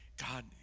God